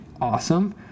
awesome